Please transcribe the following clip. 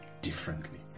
differently